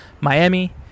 Miami